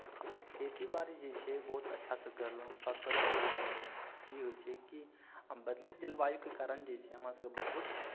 हमसभ खेतीबाड़ी जे छै से बहुत अच्छासँ कयलहुँ फसल उपजेलहुँ ई होइ छै कि हम बदलैत जलवायुके कारण जे छै हमरासभके बहुत